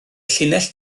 llinell